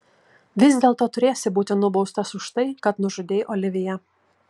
vis dėlto turėsi būti nubaustas už tai kad nužudei oliviją